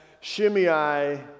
Shimei